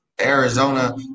Arizona